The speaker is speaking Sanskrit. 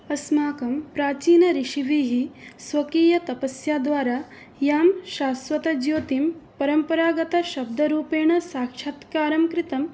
अस्माकं प्राचीन ऋषिभिः स्वकीयतपस्या द्वारा यान् शाश्वतज्योतिं परम्परागतशब्दरूपेण साक्षात्कारं कृतम्